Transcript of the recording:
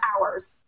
hours